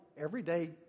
everyday